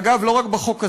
אגב, לא רק בחוק הזה,